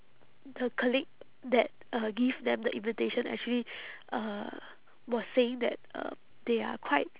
the colleague that uh give them the invitation actually uh was saying that uh they are quite